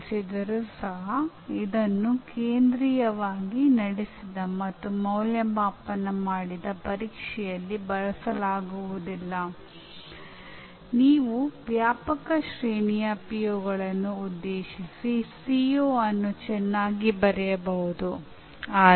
ಆದರೆ ನಿಜವಾದ ಅಂದಾಜುವಿಕೆಯಲ್ಲಿ ನೀವು ಸಾಧನದ ಸಿದ್ಧಾಂತವನ್ನು ಮಾತ್ರ ಕೇಳುತ್ತೀರಿ ಅಥವಾ ಸರ್ಕ್ಯೂಟ್ ಅನ್ನು ವಿವರಿಸಲು ಕೇಳುತ್ತೀರಿ ಅಥವಾ ಸರ್ಕ್ಯೂಟ್ನ ಕಾರ್ಯ ಏನು ಎಂದು ಕಂಡುಹಿಡಿಯಲು ಹೇಳುತ್ತೀರಿ